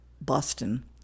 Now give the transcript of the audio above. Boston